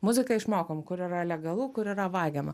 muziką išmokom kur yra legalu kur yra vagiama